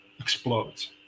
explodes